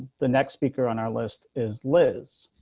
the next speaker on our list is liz,